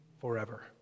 forever